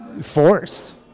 forced